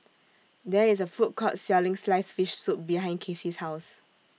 There IS A Food Court Selling Sliced Fish Soup behind Kasey's House